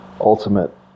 ultimate